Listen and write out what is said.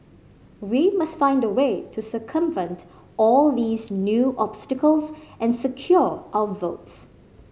we must find a way to circumvent all these new obstacles and secure our votes